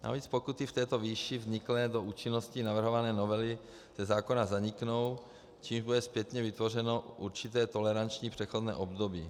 Navíc pokuty v této výši vzniklé do účinnosti navrhované novely ze zákona zaniknou, čímž bude zpětně vytvořeno určité toleranční přechodné období.